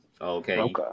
Okay